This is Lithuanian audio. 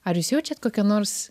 ar jūs jaučiat kokią nors